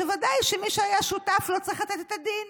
וודאי שמי שהיה שותף לו צריך לתת את הדין